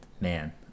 man